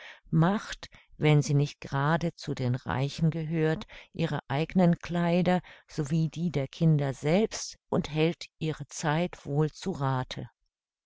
macht wenn sie nicht grade zu den reichen gehört ihre eignen kleider sowie die der kinder selbst und hält ihre zeit wohl zu rathe